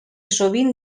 sovint